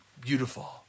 Beautiful